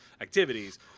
activities